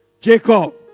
Jacob